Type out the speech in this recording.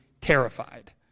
terrified